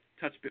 touch